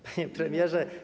Panie Premierze!